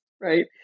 right